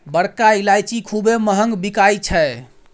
बड़का ईलाइची खूबे महँग बिकाई छै